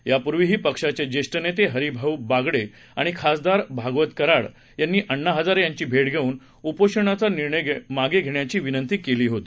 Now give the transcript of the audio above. यापूर्वीहीपक्षाचेज्येष्ठनेतेहरीभाऊबागडेआणिखासदारभागवतकराडयांनीअण्णाहजारेयां चीभेटघेऊनउपोषणाचानिर्णयमागंघेण्याचीविनंतीकेलीहोती